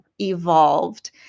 evolved